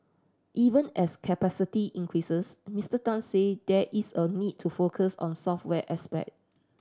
even as capacity increases Mister Tan said there is a need to focus on software aspect